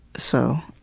so,